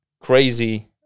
crazy